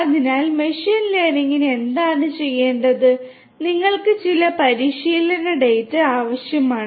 അതിനാൽ മെഷീൻ ലേണിംഗിന് എന്താണ് ചെയ്യേണ്ടത് നിങ്ങൾക്ക് ചില പരിശീലന ഡാറ്റ ആവശ്യമാണ്